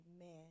Amen